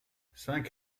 cinq